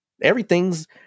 Everything's